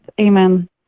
Amen